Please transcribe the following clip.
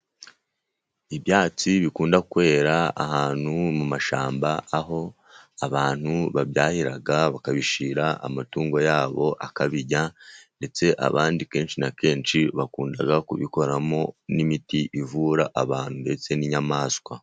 Ibyatsi bikunda kwera ahantu mu mashyamba, aho abantu babyahira bakabishyira amatungo yabo akabirya, ndetse abandi kenshi na kenshi bakunda kubikoramo n'imiti ivura abantu ndetse n'inyamaswa.